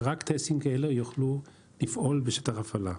ורק טייסים כאלה יוכלו לפעול בשטח הפעלה.